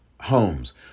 homes